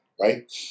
right